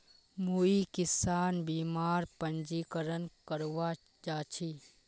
मुई किसान बीमार पंजीकरण करवा जा छि